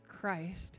Christ